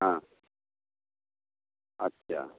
হ্যাঁ আচ্ছা